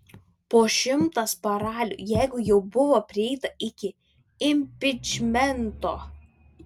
po šimtas paralių jeigu jau buvo prieita iki impičmento